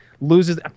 loses